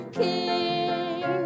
king